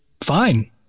fine